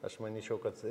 aš manyčiau kad